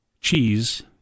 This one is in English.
cheese